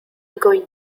going